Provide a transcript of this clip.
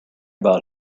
about